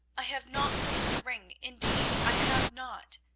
i have not seen the ring, indeed i have not.